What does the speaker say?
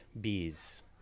bees